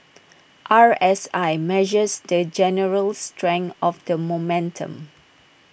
R S I measures the general strength of the momentum